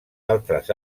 altres